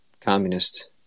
communist